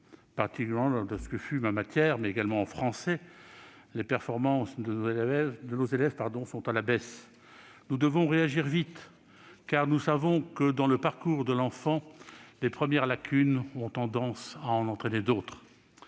Particulièrement dans ce que fut ma matière, mais également en français, les performances de nos élèves sont à la baisse. Nous devons réagir vite car nous savons que, dans le parcours de l'enfant, les premières lacunes ont tendance à en entraîner d'autres.